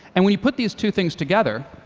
and when you put these two things together,